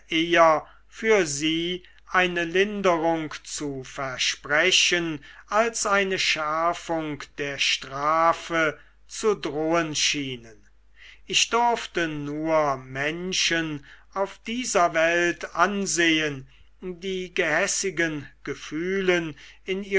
eher für sie eine linderung zu versprechen als eine schärfung der strafe zu drohen schienen ich durfte nur menschen auf dieser welt ansehen die gehässigen gefühlen in